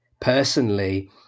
personally